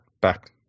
back